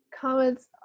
comments